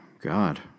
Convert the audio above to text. God